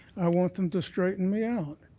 i want them to straighten me out.